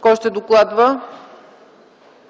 Кой ще докладва?